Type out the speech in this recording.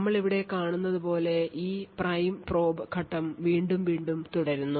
നമ്മൾ ഇവിടെ കാണുന്നതുപോലെ ഈ പ്രൈം പ്രോബ് ഘട്ടം വീണ്ടും വീണ്ടും തുടരുന്നു